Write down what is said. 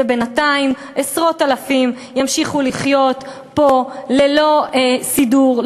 ובינתיים עשרות אלפים ימשיכו לחיות פה ללא סידור,